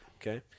Okay